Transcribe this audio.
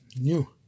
new